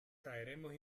caeremos